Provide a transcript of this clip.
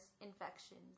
infections